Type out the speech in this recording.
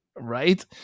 Right